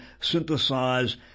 synthesize